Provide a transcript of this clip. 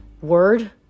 word